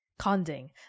Conding